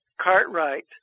Cartwright